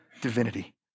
divinity